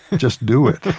just do it.